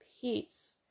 peace